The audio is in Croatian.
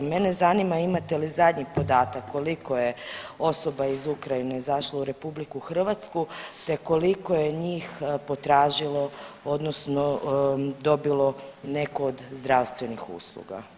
Mene zanima imate li zadnji podatak koliko je osoba iz Ukrajine izašlo u RH te koliko je njih potražilo odnosno dobilo neku od zdravstvenih usluga.